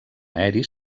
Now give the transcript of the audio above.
aeri